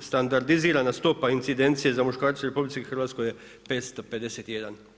standardizirana stopa incidencije za muškarce u RH je 551.